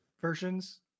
versions